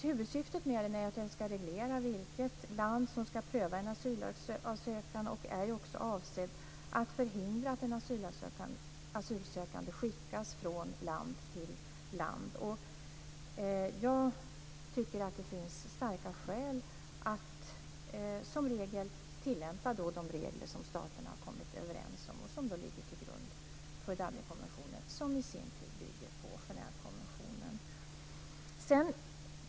Huvudsyftet med den är att den ska reglera vilket land som ska pröva en asylansökan. Den är också avsedd att förhindra att en asylsökande skickas från land till land. Jag tycker att det finns starka skäl att som regel tilllämpa de regler som staterna har kommit överens om och som ligger till grund för Dublinkonventionen, som i sin tur bygger på Genèvekonventionen.